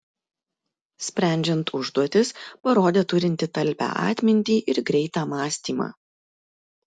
sprendžiant užduotis parodė turinti talpią atmintį ir greitą mąstymą